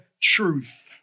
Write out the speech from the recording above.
truth